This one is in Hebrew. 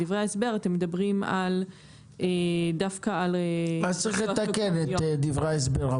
בדברי ההסבר אתם מדברים דווקא על --- מה שצריך לתקן זה את דברי ההסבר,